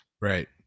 Right